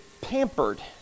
pampered